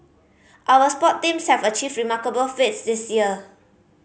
our sport teams have achieved remarkable feats this year